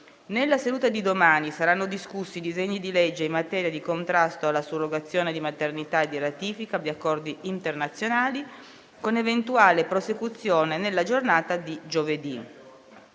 Nella seduta di domani saranno discussi i disegni di legge in materia di contrasto alla surrogazione di maternità e di ratifica di accordi internazionali, con eventuale prosecuzione nella giornata di giovedì.